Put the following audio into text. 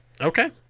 Okay